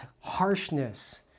harshness